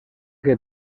que